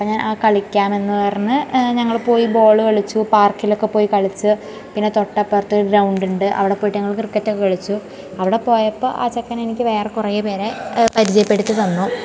അപ്പം ഞാൻ ആ കളിക്കാമെന്ന് പറഞ്ഞ് ഞങ്ങൾ പോയി ബോള് കളിച്ചു പാർക്കിലക്കെ പോയി കളിച്ച് പിന്നെ തൊട്ടപ്പുറത്ത് ഒരു ഗ്രൗണ്ട്ണ്ട് അവിടെ പോയിട്ട് ഞങ്ങൾ ക്രിക്കറ്റൊക്കെ കളിച്ചു അവിടെ പോയപ്പോൾ ആ ചെക്കനെനിക്ക് വേറെ കുറെ പേരെ പരിചയപ്പെടുത്തി തന്നു